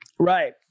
Right